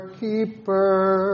keeper